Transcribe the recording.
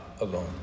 alone